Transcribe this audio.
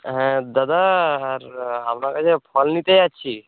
হ্যাঁ দাদা আর আপনার কাছে ফল নিতে যাচ্ছি